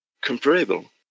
comparable